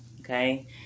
Okay